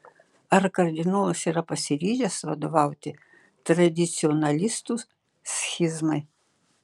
ar kardinolas yra pasiryžęs vadovauti tradicionalistų schizmai